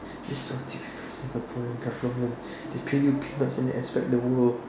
this is so cheapskate Singaporean government they pay you peanuts and expect the world